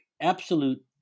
absolute